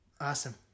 Awesome